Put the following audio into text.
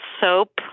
soap